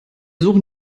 suchen